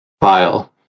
file